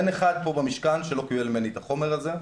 אין אחד פה במשכן שלא קיבל ממני את החומר הזה,